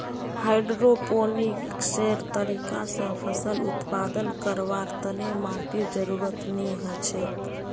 हाइड्रोपोनिक्सेर तरीका स फसल उत्पादन करवार तने माटीर जरुरत नी हछेक